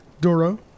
Doro